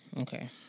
okay